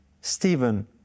Stephen